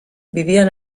vivien